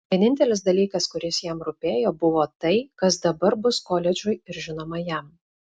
vienintelis dalykas kuris jam rūpėjo buvo tai kas dabar bus koledžui ir žinoma jam